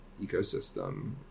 ecosystem